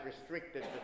restricted